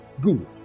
Good